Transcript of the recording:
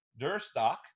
durstock